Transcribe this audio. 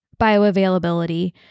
bioavailability